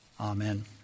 Amen